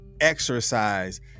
exercise